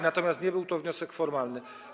Natomiast nie był to wniosek formalny.